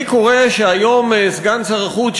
אני קורא שהיום סגן שר החוץ,